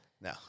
No